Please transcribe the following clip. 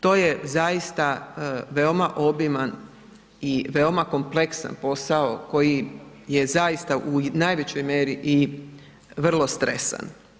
To je zaista veoma obiman i veoma kompleksan posao koji je zaista u najvećoj mjeri i vrlo stresan.